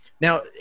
Now